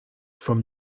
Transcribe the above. from